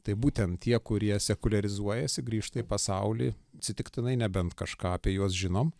tai būtent tie kurie sekuliarizuojasi grįžta į pasaulį atsitiktinai nebent kažką apie juos žinom